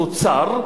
התוצר,